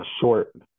short